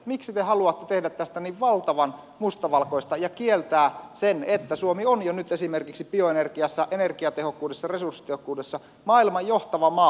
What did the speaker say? miksi te haluatte tehdä tästä niin valtavan mustavalkoista ja kieltää sen että suomi on jo nyt esimerkiksi bioenergiassa energiatehokkuudessa resurssitehokkuudessa maailman johtava maa